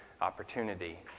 opportunity